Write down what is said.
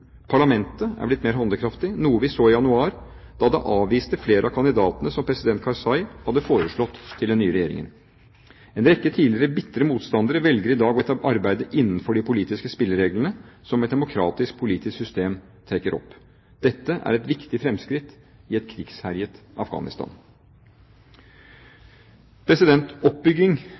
Parlamentet er blitt mer handlekraftig, noe vi så i januar da det avviste flere av kandidatene som president Karzai hadde foreslått til den nye regjeringen. En rekke tidligere bitre motstandere velger i dag å arbeide innenfor de politiske spillereglene som et demokratisk politisk system trekker opp. Dette er et viktig fremskritt i et krigsherjet Afghanistan. Oppbygging